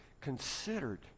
considered